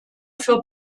für